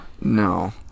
No